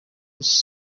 his